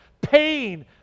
pain